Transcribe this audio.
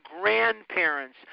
grandparents